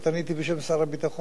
בשם השר לביטחון פנים.